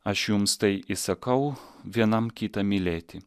aš jums tai įsakau vienam kitą mylėti